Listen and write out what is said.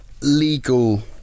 legal